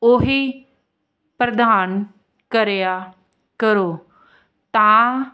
ਉਹੀ ਪ੍ਰਦਾਨ ਕਰਿਆ ਕਰੋ ਤਾਂ